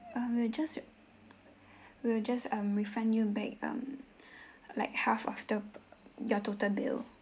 uh we'll just re~ we'll just um refund you back um like half of the your total bill